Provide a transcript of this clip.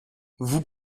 vous